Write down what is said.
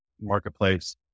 marketplace